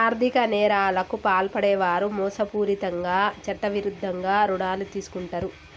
ఆర్ధిక నేరాలకు పాల్పడే వారు మోసపూరితంగా చట్టవిరుద్ధంగా రుణాలు తీసుకుంటరు